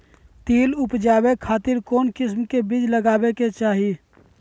तिल उबजाबे खातिर कौन किस्म के बीज लगावे के चाही?